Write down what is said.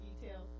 details